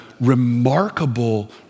remarkable